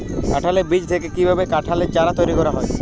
কাঁঠালের বীজ থেকে কীভাবে কাঁঠালের চারা তৈরি করা হয়?